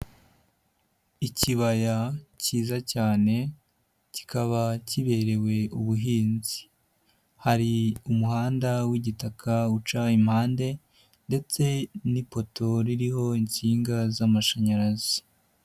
Ikibaya cyiza cyane kikaba kiberewe ubuhinzi, hari umuhanda w'igitaka uca impande, ndetse n'ipoto ririho insinga z'amashanyarazi.